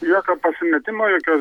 jokio pasimetimo jokios